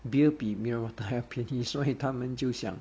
beer 比 mineral water 还要便宜所以他们就想